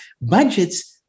budgets